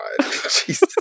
Jesus